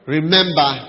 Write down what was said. Remember